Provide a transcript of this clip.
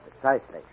Precisely